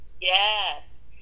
Yes